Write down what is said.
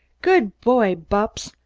good boy, bupps!